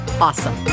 awesome